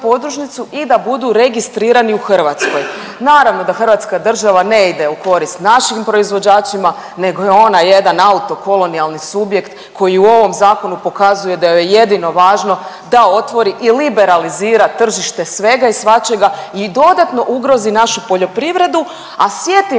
i da budu registrirani u Hrvatskoj. Naravno da hrvatska država ne ide u korist našim proizvođačima nego je ona jedan autokolonijalni subjekt koji u ovom zakonu pokazuje da joj je jedino važno da otvori i liberalizira tržište svega i svačega i dodatno ugrozi našu poljoprivredu, a sjetimo